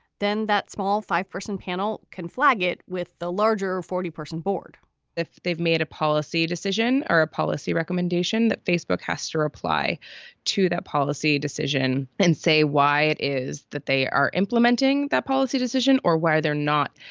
then that small five person panel can flag it with the larger or forty person board if they've made a policy decision or a policy recommendation that facebook has to apply to that policy decision and say why it is that they are implementing that policy decision or where they're not.